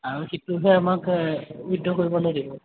আৰু সিটোহে আমাক উইড্ৰ কৰিবলৈ দিব